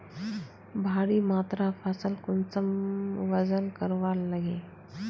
भारी मात्रा फसल कुंसम वजन करवार लगे?